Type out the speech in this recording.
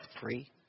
free